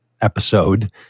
episode